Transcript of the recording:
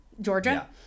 Georgia